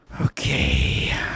Okay